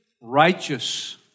righteous